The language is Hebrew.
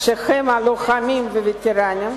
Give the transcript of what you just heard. שהם הלוחמים והווטרנים,